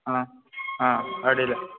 ಹಾಂ ಹಾಂ ಅಡ್ಡಿಲ್ಲ